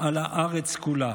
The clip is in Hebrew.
על הארץ כולה